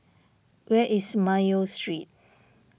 where is Mayo Street